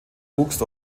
wuchs